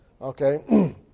Okay